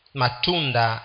matunda